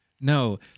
No